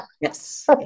Yes